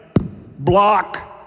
Block